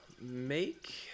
Make